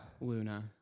Luna